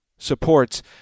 Supports